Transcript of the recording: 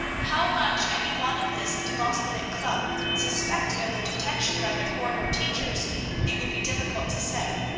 how much any one of this demosthenic club suspected of their detection by their corridor teachers it would be difficult to say,